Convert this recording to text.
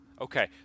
Okay